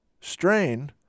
strain